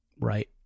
right